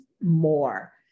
more